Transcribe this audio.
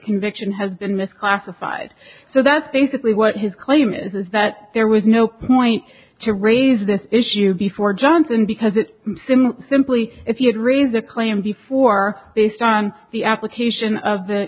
conviction has been misclassified so that's basically what his claim is that there was no point to raise this issue before johnson because it's simply simply if you'd read the claim before based on the application of the